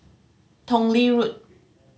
Tong Lee Road